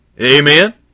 Amen